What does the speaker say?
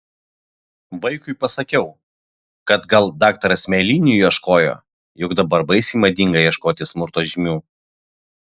vaikui pasakiau kad gal daktaras mėlynių ieškojo juk dabar baisiai madinga ieškoti smurto žymių